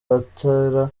atera